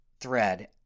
thread